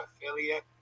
affiliate